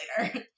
later